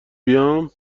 بیام